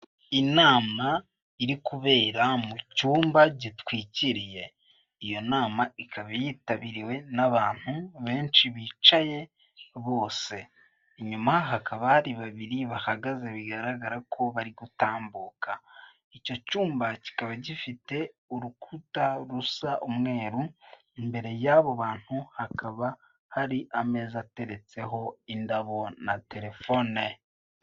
Inama iri kubera mu cyumba gitwikiriye; iyo nama ikaba yitabiriwe n'abantu benshi bicaye bose; inyuma hakaba hari babiri bahagaze bigaragara ko bari gutambuka. Icyo cyumba kikaba gifite urukuta rusa umweru; imbere y'abo bantu hakaba hari ameza ateretseho indabo na terefone.